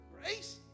grace